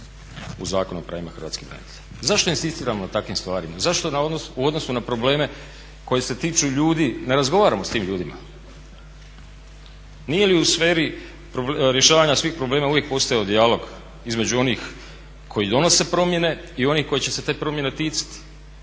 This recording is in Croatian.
u Zakon o pravima hrvatskih branitelja. Zašto inzistiramo na takvim stvarima? Zašto u odnosu na probleme koji se tiču ljudi ne razgovaramo sa tim ljudima? Nije li u sferi rješavanja svih problema uvijek postojao dijalog između onih koji donose promjene i onih kojih će se te promjene ticati